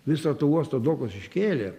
viso to uosto dokus iškėlė